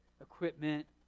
equipment